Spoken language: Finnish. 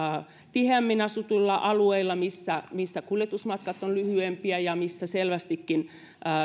tiheämmin asutuilla alueilla missä missä kuljetusmatkat ovat lyhyempiä ja missä selvästikin